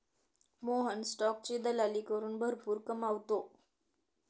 मोहन स्टॉकची दलाली करून भरपूर कमावतो